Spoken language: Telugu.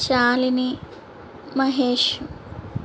షాలిని మహేష్